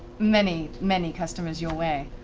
many, many customers your way.